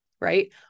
right